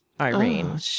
irene